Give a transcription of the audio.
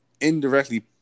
indirectly